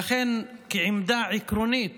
לכן, כעמדה עקרונית